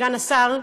סגן השר,